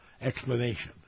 explanation